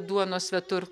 duonos svetur